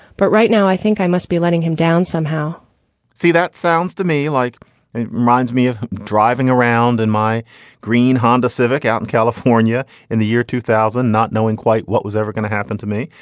but right now, i think i must be letting him down somehow see, that sounds to me like it reminds me of driving around in my green honda civic out in california in the year two thousand, not knowing quite what was ever going to happen to me.